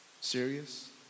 serious